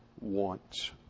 wants